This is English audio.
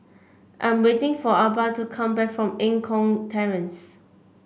I'm waiting for Arba to come back from Eng Kong Terrace